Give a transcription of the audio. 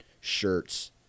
shirts